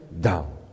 down